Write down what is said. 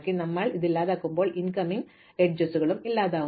അതിനാൽ ഞങ്ങൾ ഇത് ഇല്ലാതാക്കുമ്പോൾ ഇൻകമിംഗ് അരികുകളും ഇല്ലാതാക്കുന്നു